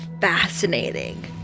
fascinating